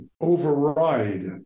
override